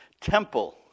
temple